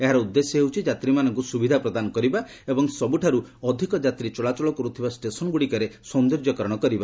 ଏହାର ଉଦ୍ଦେଶ୍ୟ ହେଉଛି ଯାତ୍ରୀମାନଙ୍କୁ ସୁବିଧା ପ୍ରଦାନ କରିବା ଏବଂ ସବୁଠାରୁ ଅଧିକ ଯାତ୍ରୀ ଚଳାଚଳ କରୁଥିବା ଷ୍ଟେସନ୍ଗୁଡ଼ିକରେ ସୌନ୍ଦର୍ଯ୍ୟକରଣ କରିବା